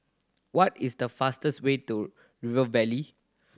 what is the fastest way to River Valley